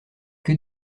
que